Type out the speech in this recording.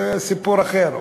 זה סיפור אחר,